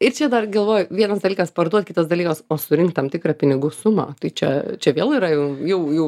ir čia dar galvoju vienas dalykas parduot kitas dalykas o surinkt tam tikrą pinigų sumą tai čia čia vėl yra jau jau jau